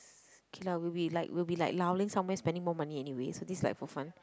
okay lah we will be like we will be like somewhere spending more money anyway so this is like for fun